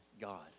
God